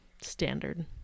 standard